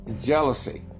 jealousy